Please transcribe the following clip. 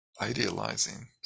Idealizing